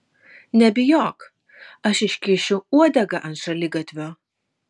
nebijok aš iškišiu uodegą ant šaligatvio